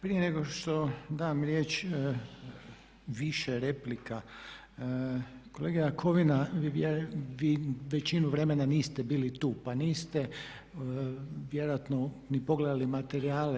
Prije nego što dam riječ više replika, kolega Jakovina vi većinu vremena niste bili tu, pa niste vjerojatno ni pogledali materijale.